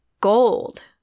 gold